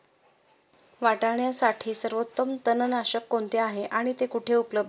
वाटाण्यासाठी सर्वोत्तम तणनाशक कोणते आहे आणि ते कुठे उपलब्ध आहे?